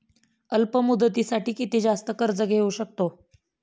अल्प मुदतीसाठी किती जास्त कर्ज घेऊ शकतो?